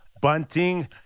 Bunting